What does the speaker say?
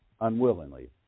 unwillingly